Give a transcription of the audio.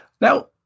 now